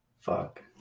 Fuck